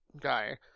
guy